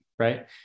right